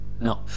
No